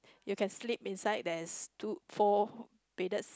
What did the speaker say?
you can sleep inside there's two four bedded s~